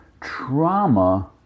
trauma